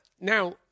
now